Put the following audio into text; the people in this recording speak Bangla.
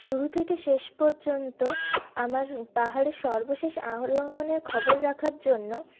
শুরু থেকে শেষ পর্যন্ত আমার পাহাড়ের সর্বশেষ আরোহণের খবর রাখার জন্য